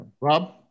Rob